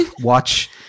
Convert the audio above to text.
watch